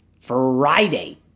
Friday